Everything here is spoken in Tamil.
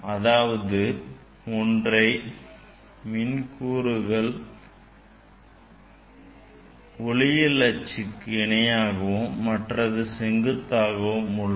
அதாவது ஒன்றின் மின் கூறுகள் ஒளியியல் அச்சுக்கு இணையாகவும் மற்றது செங்குத்தாகவும் உள்ளது